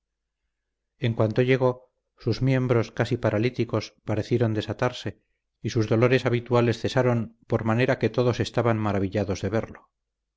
en cuanto llegó sus miembros casi paralíticos parecieron desatarse y sus dolores habituales cesaron por manera que todos estaban maravillados de verlo